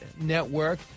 network